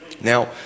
Now